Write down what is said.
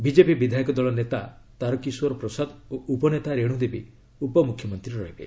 BJP ବିଧାୟକ ଦଳ ନେତା ତାରକିଶୋର ପ୍ରସାଦ ଓ ଉପନେତା ରେଣୁ ଦେବୀ ଉପମୁଖ୍ୟମନ୍ତ୍ରୀ ରହିବେ